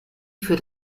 für